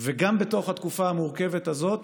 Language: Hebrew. גם בתוך התקופה המורכבת הזאת